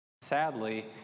Sadly